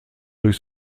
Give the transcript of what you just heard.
durch